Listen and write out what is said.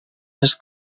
his